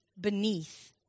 beneath